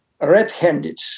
red-handed